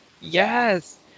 Yes